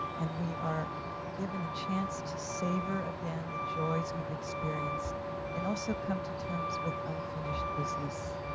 and we are given a chance to savor again the joys we've experienced and also come to terms with unfinished business.